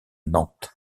nantes